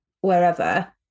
wherever